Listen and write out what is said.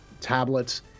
tablets